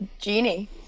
Genie